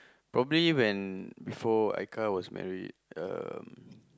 probably when before Aika was married um